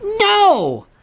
No